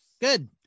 good